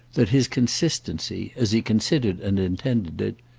that his consistency, as he considered and intended it,